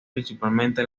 principalmente